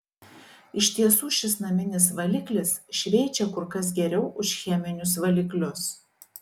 iš tiesų šis naminis valiklis šveičia kur kas geriau už cheminius valiklius